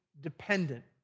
dependent